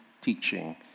teaching